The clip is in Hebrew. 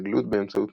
הסתגלות באמצעות